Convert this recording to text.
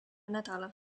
nädala